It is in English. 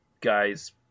guys